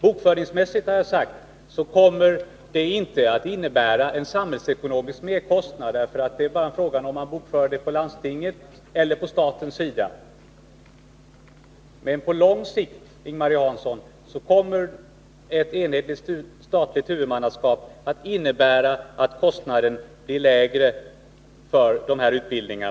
Bokföringsmässigt kommer den inte, det har jag sagt, att innebära en samhällsekonomisk merkostnad, eftersom det bara är fråga om att bokföra kostnaderna på landstingen eller på staten. Men på lång sikt kommer, Ing-Marie Hansson, ett enhetligt statligt huvudmannaskap att innebära att kostnaderna blir lägre för dessa utbildningar.